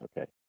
okay